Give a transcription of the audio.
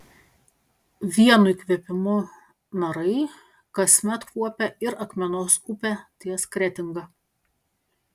vienu įkvėpimu narai kasmet kuopia ir akmenos upę ties kretinga